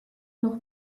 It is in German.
noch